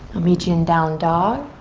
i'll meet you in down dog,